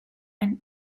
and